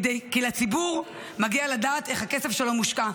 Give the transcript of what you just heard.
כי לציבור מגיע לדעת איך הכסף שלו מושקע.